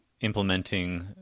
implementing